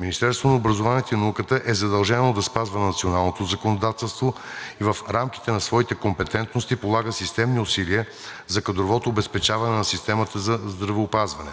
Министерството на образованието и науката е задължено да спазва националното законодателство и в рамките на своите компетентности полага системни усилия за кадровото обезпечаване на системата на здравеопазване.